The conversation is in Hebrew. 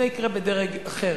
זה יקרה בדרג אחר.